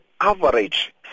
average